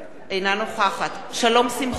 אינה נוכחת שלום שמחון,